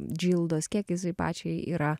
džildos kiek jisai pačiai yra